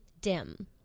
dim